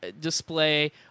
display